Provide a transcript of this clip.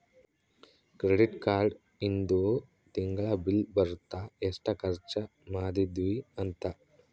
credit card ಇಂದು ತಿಂಗಳ bill ಬರುತ್ತ ಎಸ್ಟ ಖರ್ಚ ಮದಿದ್ವಿ ಅಂತ